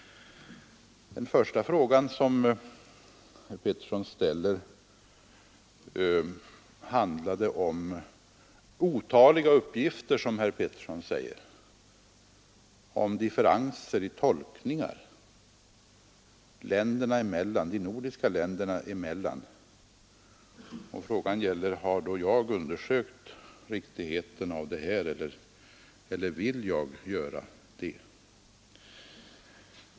Den första frågan som herr Petersson ställde handlade om ”otaliga uppgifter”, som herr Petersson sade, rörande differenser i tolkningar de nordiska länderna emellan, och herr Petersson ville veta om jag har undersökt riktigheten av detta eller om jag tänker göra det.